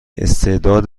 استعداد